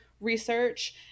research